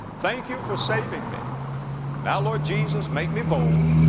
thank you for saving me. and now lord jesus, make me bold.